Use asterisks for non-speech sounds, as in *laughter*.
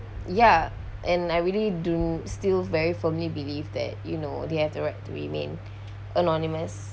ya and I really do still very firmly believe that you know they have the right to remain *breath* anonymous